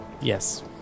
Yes